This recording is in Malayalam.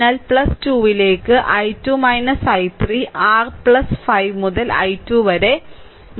അതിനാൽ 2 ലേക്ക് I2 I3 r 5 മുതൽ I2 വരെ I1 0